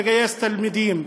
לגייס תלמידים.